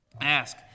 ask